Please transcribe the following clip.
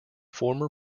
former